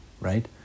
right